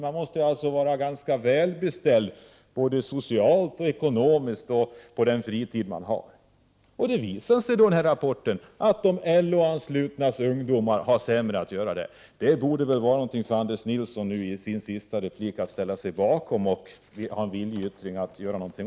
Alltså måste man vara ganska välbeställd både socialt och ekonomiskt för att kunna utnyttja fritiden i detta avseende. Det visas också i den forskarrapport jag nämnde att de LO-anslutnas ungdomar har sämre möjligheter. Anders Nilsson borde väl i sin sista replik kunna ställa sig bakom kraven på att man skall göra någonting åt detta, och han borde ge uttryck för en viljeyttring.